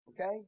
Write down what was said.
Okay